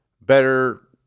better